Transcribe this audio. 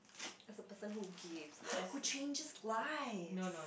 as a person who gives who changes lives